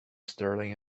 stirling